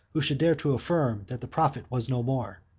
who should dare to affirm that the prophet was no more.